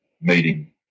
meeting